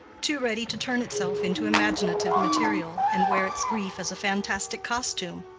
too ready to turn itself into imaginative material, and wear its grief as a fantastic costume.